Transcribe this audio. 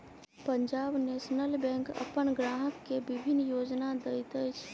Punjab national bank अपन ग्राहक के विभिन्न योजना दैत अछि